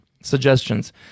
suggestions